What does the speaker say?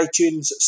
iTunes